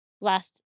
last